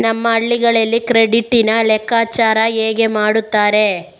ನಮ್ಮ ಹಳ್ಳಿಗಳಲ್ಲಿ ಕ್ರೆಡಿಟ್ ನ ಲೆಕ್ಕಾಚಾರ ಹೇಗೆ ಮಾಡುತ್ತಾರೆ?